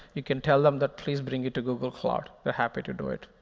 you can tell them that please bring it to google cloud. they're happy to do it.